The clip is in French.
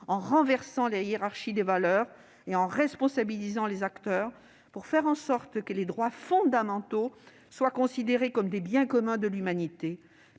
en renversant la hiérarchie des valeurs et en responsabilisant les acteurs, pour faire en sorte que les droits fondamentaux soient considérés comme des « biens communs » de l'humanité.